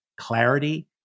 clarity